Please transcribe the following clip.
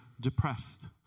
depressed